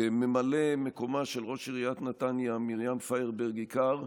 כממלא מקומה של ראש עיריית נתניה מרים פיירברג-איכר,